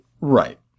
right